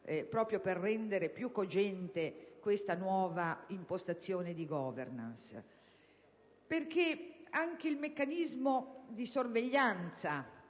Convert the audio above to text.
proprio per rendere più cogente questa nuova impostazione di *governance*. Infatti, anche il meccanismo di sorveglianza